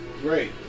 great